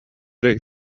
they